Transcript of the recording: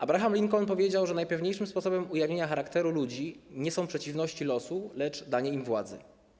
Abraham Lincoln powiedział, że najpewniejszym sposobem ujawnienia charakteru ludzi nie są przeciwności losu, lecz danie im władzy.